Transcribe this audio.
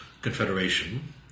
Confederation